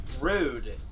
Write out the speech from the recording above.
Rude